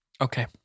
Okay